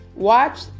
Watch